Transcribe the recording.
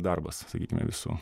darbas sakykime visų